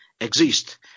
exist